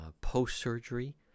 post-surgery